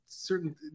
Certain